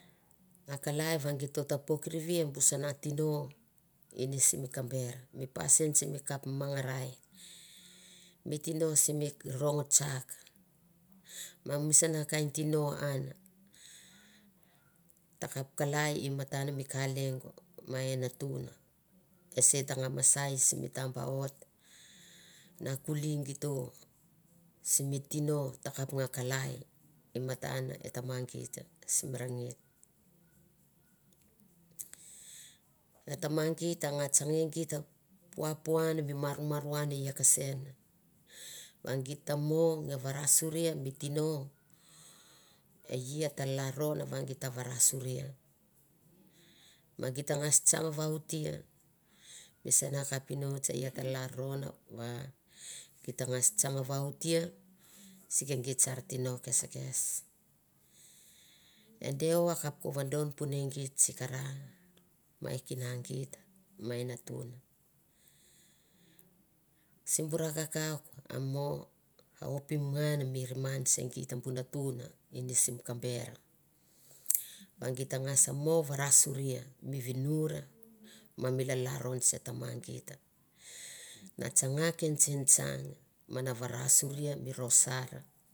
A kalai va gito ta pokrivie bu sana tino ine simi kabena pasin simi kap manganai mi tino simi rongo tsak ma misona kain tino an ta kap kalai matan mi kalengo ma e natuna eso ta nga masai simi ta baut na kuli gita simi tino ta kap nga kalai imatan e tama gita sim rangi e tama gita a nga tsange git puapuan mi maruamaruan kesen va gir ta mo nge varasutri mi tino e ta laron va gita ta varasuria ma git ngas tsang va otia mi san kapinotsi e ia laron va git ta ngus tsang vaotia sike git san tino keskes e deo a kap ko vadon pure git sika ra ma e kina gita ma e ntuna simion ra kakauk a mo a opim ngan mi niman segiera bu ma tuna ini sim kabera va git tangas mo vara suria mi vinura lalaboron se tamagita na tsanga ken tsintsang ma na vara suria mi rosar.